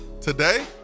today